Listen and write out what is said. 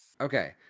Okay